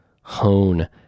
hone